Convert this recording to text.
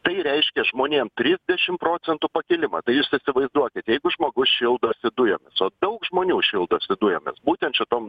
tai reiškia žmonėm trisdešimt procentų pakilimą tai jūs įsivaizduokit jeigu žmogus šildosi dujomis o daug žmonių šildosi dujomis būtent šitom